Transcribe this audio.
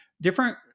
different